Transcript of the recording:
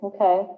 Okay